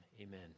amen